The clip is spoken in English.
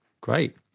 Great